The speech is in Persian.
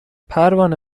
پروانه